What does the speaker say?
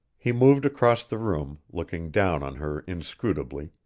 he moved across the room, looking down on her inscrutably,